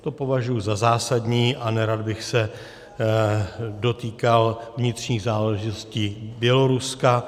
To považuji za zásadní a nerad bych se dotýkal vnitřních záležitostí Běloruska.